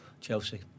Chelsea